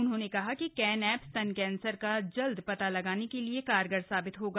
उन्होंने कहा कि कैन एप स्तन कैंसर का जल्द पता लगाने के लिए कारगर होगा